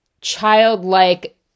childlike